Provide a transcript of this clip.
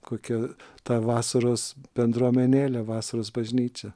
kokia ta vasaros bendruomenėlė vasaros bažnyčia